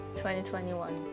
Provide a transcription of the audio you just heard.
2021